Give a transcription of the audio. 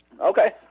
Okay